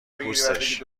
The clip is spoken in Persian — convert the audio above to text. پوستش